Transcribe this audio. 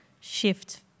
shift